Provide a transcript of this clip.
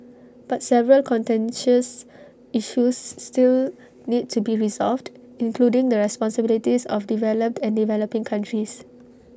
but several contentious issues still need to be resolved including the responsibilities of developed and developing countries